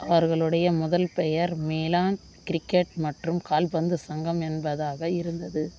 அவர்களுடைய முதல் பெயர் மீலான் கிரிக்கெட் மற்றும் கால்பந்து சங்கம் என்பதாக இருந்தது